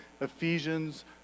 Ephesians